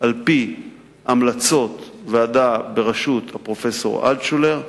על-פי המלצות ועדה בראשות הפרופסור אלטשולר.